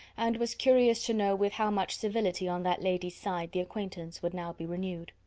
and was curious to know with how much civility on that lady's side the acquaintance would now be renewed.